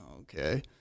okay